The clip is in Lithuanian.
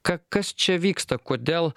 ka kas čia vyksta kodėl